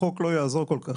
החוק לא יעזור כל כך.